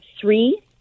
three